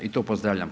I to pozdravljam.